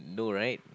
no right